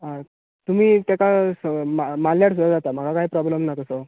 आ तुमी तेका स मा माल्ल्यार सुद्दा जाता म्हाका कांय प्रॉब्लम ना तसो